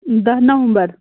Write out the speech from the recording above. دَہ نومبر